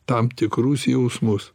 tam tikrus jausmus